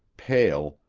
pale,